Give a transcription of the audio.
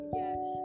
yes